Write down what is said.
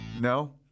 No